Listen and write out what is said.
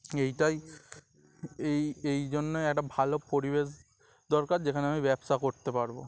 এইটাই এই এই জন্যই একটা ভালো পরিবেশ দরকার যেখানে আমি ব্যবসা করতে পারব